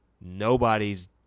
Nobody's